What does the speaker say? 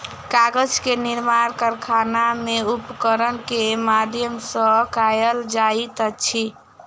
कागज के निर्माण कारखाना में उपकरण के माध्यम सॅ कयल जाइत अछि